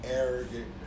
arrogant